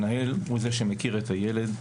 המנהל הוא זה שמכיר את הילד,